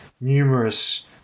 numerous